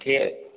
ঠিক আছে